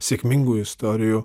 sėkmingų istorijų